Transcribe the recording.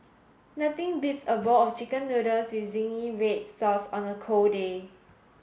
nothing beats a bowl of chicken noodles with zingy red sauce on a cold day